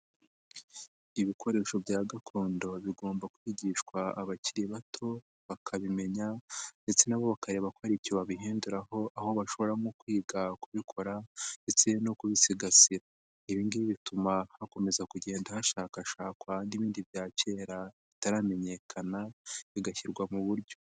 Ibikoresho bya gakondo bigomba kwigishwa abakiri bato, bakabimenya ndetse na bo bakareba ko hari icyo babihinduraho, aho bashoramo kwiga kubikora ndetse no kubisigasira. Ibingibi bituma hakomeza kugenda hashakashakwa n'ibindi bya kera bitaramenyekana, bigashyirwa mu buryo.